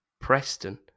Preston